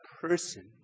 person